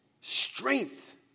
strength